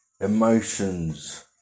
emotions